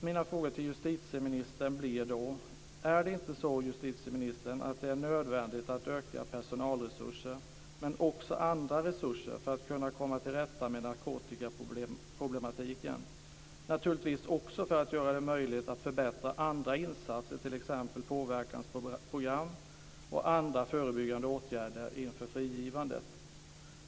Mina frågor till justitieministern blir då: Är det inte så, justitieministern, att det är nödvändigt att öka personalresurser och även andra resurser för att kunna komma till rätta med narkotikaproblemet? Det skulle naturligtvis också göra det möjligt att förbättra andra insatser t.ex. påverkansprogram och andra förebyggande åtgärder inför frigivandet.